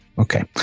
Okay